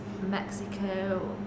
Mexico